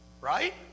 Right